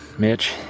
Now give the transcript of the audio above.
mitch